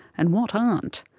and what aren't.